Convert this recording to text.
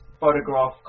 photograph